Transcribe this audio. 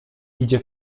idzie